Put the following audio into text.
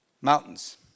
mountains